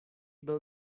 byl